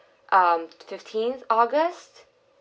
um fifteenth august